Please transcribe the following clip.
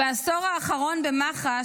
בעשור האחרון במח"ש,